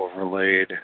overlaid